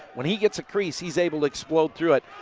when he gets a crease, he is able to explode through it.